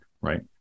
Right